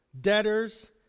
debtors